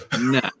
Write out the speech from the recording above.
No